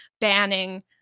banning